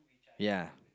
ya